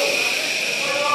איפה הוא?